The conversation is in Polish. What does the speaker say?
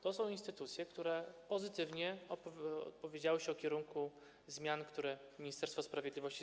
To są instytucje, które pozytywnie opowiedziały się o kierunku zmian, które zaproponowało Ministerstwo Sprawiedliwości.